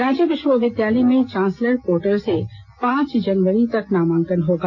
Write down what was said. रांची विश्वविद्यालय में chancellor portal से पांच जनवरी तक नामांकन होगा